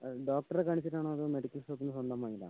ഡോക്ടറെ കാണിച്ചിട്ടാണോ അതോ മെഡിക്കൽ ഷോപ്പിൽ നിന്ന് സ്വന്തം വാങ്ങിയതാണോ